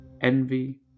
envy